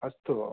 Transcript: अस्तु